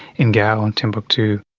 in gao and timbuktu.